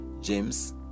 James